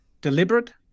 deliberate